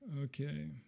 Okay